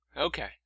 Okay